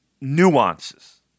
nuances